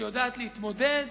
שיודעת להתמודד,